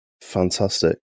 fantastic